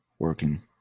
working